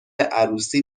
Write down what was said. عروسی